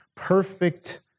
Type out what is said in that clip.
perfect